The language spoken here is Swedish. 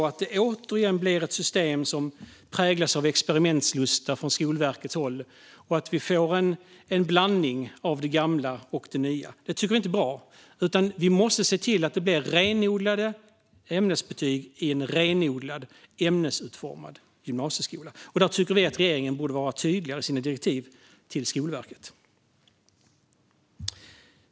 Att det återigen blir ett system som präglas av experimentlusta hos Skolverket med en blandning av det gamla och det nya tycker vi inte är bra. Man måste se till att det blir renodlade ämnesbetyg i en renodlad ämnesutformad gymnasieskola. Där tycker vi att regeringen borde vara tydligare i sina direktiv till Skolverket.